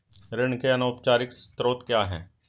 ऋण के अनौपचारिक स्रोत क्या हैं?